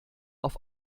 auf